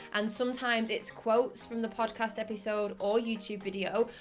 and sometimes it's quotes from the podcast episode or youtube video.